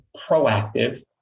proactive